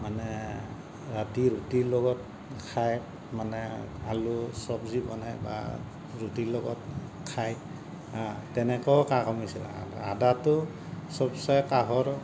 মানে ৰাতি ৰুটিৰ লগত খাই মানে আলু চব্জি বনাই বা ৰুটিৰ লগত খাই তেনেকেও কাহ কমিছিল আদা আদাটো চবচে কাহৰ